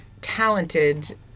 talented